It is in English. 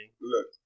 look